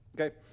Okay